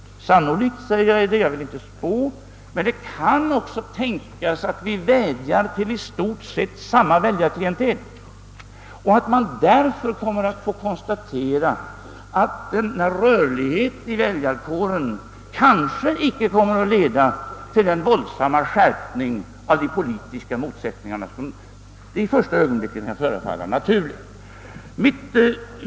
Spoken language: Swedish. Det är visserligen sannolikt — men jag vill inte spå — att vi vädjar till i stort sett samma väljarklientel och att man därför kommer att få konstatera att rörligheten i väljarkåren inte kommer att leda till den våldsamma skärpning av de politiska motsättningarna som i första ögonblicket kan förefalla naturligt.